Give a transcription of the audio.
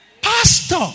Pastor